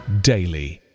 daily